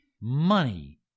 Money